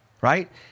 right